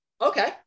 okay